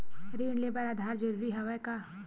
ऋण ले बर आधार जरूरी हवय का?